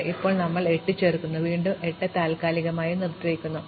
അതിനാൽ ഇപ്പോൾ ഞങ്ങൾ 8 ചേർക്കുന്നു വീണ്ടും 8 താൽക്കാലികമായി നിർത്തിവയ്ക്കുന്നു